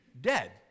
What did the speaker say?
dead